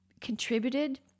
contributed